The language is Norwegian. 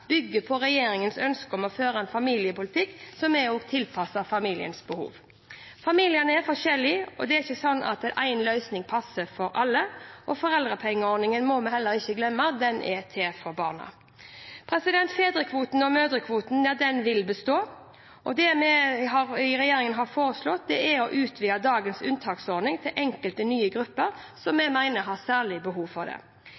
på regjeringens ønske om å føre en familiepolitikk som er tilpasset familienes behov. Familiene er forskjellige, og det er ikke slik at én løsning passer for alle. Foreldrepengeordningen må vi heller ikke glemme er til for barna. Fedrekvoten – og mødrekvoten – vil bestå. Det regjeringen har foreslått, er å utvide dagens unntaksordning til enkelte nye grupper vi mener har særlig behov for det.